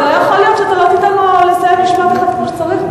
זה לא יכול להיות שאתה לא תיתן לו לסיים משפט אחד כמו שצריך.